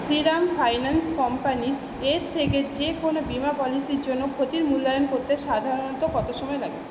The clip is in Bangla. শ্রীরাম ফাইন্যান্স কোম্পানির এর থেকে যেকোনও বীমা পলিসির জন্য ক্ষতির মূল্যায়ন করতে সাধারণত কত সময় লাগে